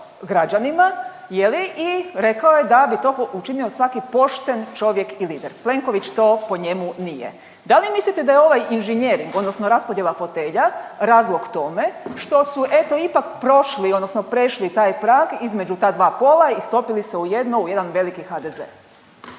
građanima je li i rekao je da bi to učinio svaki pošten čovjek i lider, Plenković to po njemu nije. Da li mislite da je ovaj inženjering odnosno raspodjela fotelja razlog tome što su eto ipak prošli odnosno prešli taj prag između ta dva pola i stopili se u jedno u jedan veliki HDZ?